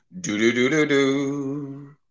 Do-do-do-do-do